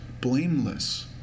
blameless